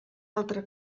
altre